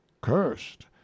cursed